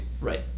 Right